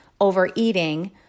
overeating